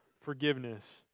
forgiveness